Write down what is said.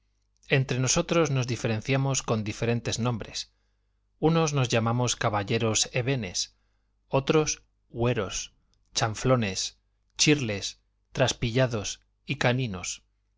entre nosotros nos diferenciamos con diferentes nombres unos nos llamamos caballeros hebenes otros hueros chanflones chirles traspillados y caninos